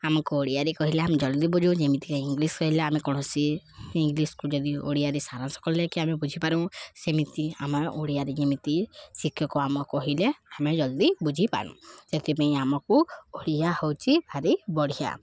ଆମକୁ ଓଡ଼ିଆରେ କହିଲେ ଆମେ ଜଲ୍ଦି ବୁଝୁ ଯେମିତିକା ଇଂଲିଶ କହିଲେ ଆମେ କୌଣସି ଇଂଲିଶକୁ ଯଦି ଓଡ଼ିଆରେ ସାରାଂଶ କଲେକି ଆମେ ବୁଝିପାରିମୁଁ ସେମିତି ଆମେ ଓଡ଼ିଆରେ ଯେମିତି ଶିକ୍ଷକ ଆମ କହିଲେ ଆମେ ଜଲ୍ଦି ବୁଝିପାରୁ ସେଥିପାଇଁ ଆମକୁ ଓଡ଼ିଆ ହେଉଛି ଭାରି ବଢ଼ିଆ